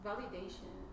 Validation